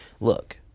Look